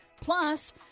Plus